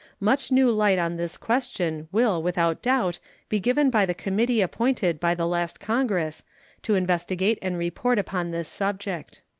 much new light on this question will without doubt be given by the committee appointed by the last congress to investigate and report upon this subject.